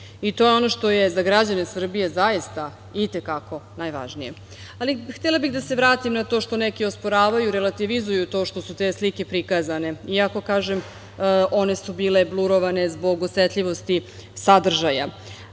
i to je ono što je za građane Srbije zaista itekako najvažnije. Ali, htela bih da se vratim na to što neki osporavaju, relativizuju to što su te slike prikazane, iako, kažem, one su bile blurovane zbog osetljivosti sadržaja. Podsetila